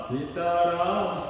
Sitaram